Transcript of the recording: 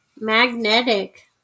Magnetic